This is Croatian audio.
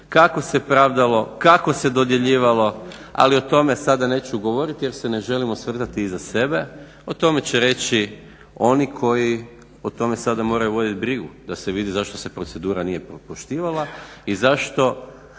kako se pravdalo, kako se dodjeljivalo, ali o tome sada neću govoriti jer se ne želim osvrtati iza sebe, o tome će reći oni koji o tome sada moraju vodit brigu, da se vidi zašto se procedura nije poštivala i zašto,